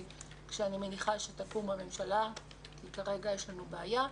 ואני מניחה שזה יקרה כאשר תקום הממשלה כך שכרגע יש לנו בעיה.